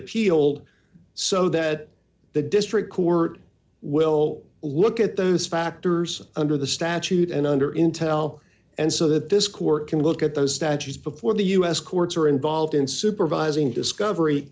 appealed so that the district court will look at those factors under the statute and under intel and so that this court can look at those statutes before the u s courts are involved in supervising discovery